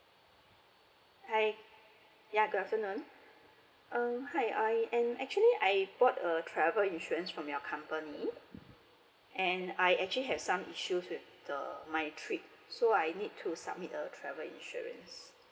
hi ya good afternoon um hi I actually I I bought a travel insurance from your company um and I actually have some issues with the my trip so I need to submit a travel insurance